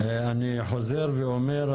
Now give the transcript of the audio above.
אני חוזר ואומר,